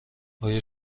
آیا